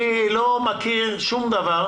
אני לא מכיר שום דבר